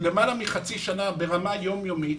למעלה מחצי שנה ברמה יום יומית,